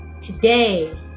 Today